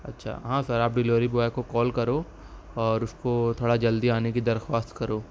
اچھا ہاں سر آپ ڈلیوری بوائے کو کال کرو اور اس کو تھوڑا جلدی آنے کی درخواست کرو